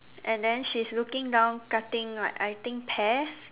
and then she is looking down cutting like I think pears